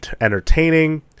entertaining